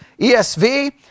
ESV